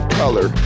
color